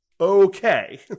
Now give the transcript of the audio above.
Okay